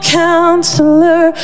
counselor